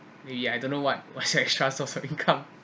really I don't know what what extra source of income